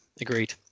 agreed